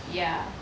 ya